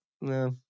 No